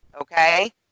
Okay